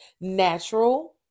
natural